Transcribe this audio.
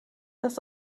das